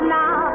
now